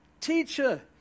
teacher